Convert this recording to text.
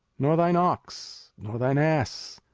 nor thine ox, nor thine ass,